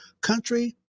country